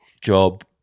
job